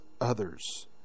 others